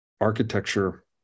architecture